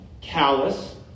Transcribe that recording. callous